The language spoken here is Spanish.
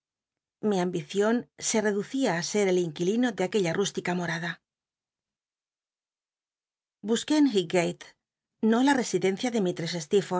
mi tia ili ambicion se reducía á ser el inquilino ele aquella rústica morada busqué en highgate no la residencia de